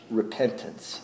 repentance